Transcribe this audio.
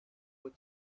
vous